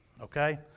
Okay